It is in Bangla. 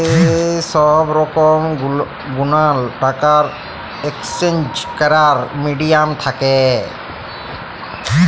যে সহব রকম গুলান টাকার একেসচেঞ্জ ক্যরার মিডিয়াম থ্যাকে